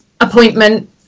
appointment